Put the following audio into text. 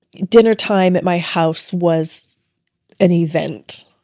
dinner time at my house was an event.